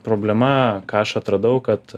problema ką aš atradau kad